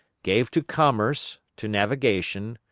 gave to commerce, to navigation,